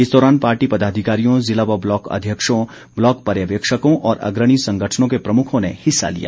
इस दौरान पार्टी पदाधिकारियों जिला व ब्लॉक अध्यक्षों ब्लॉक पर्यवेक्षकों और अग्रणी संगठनों के प्रमुखों ने हिस्सा लिया